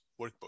workbook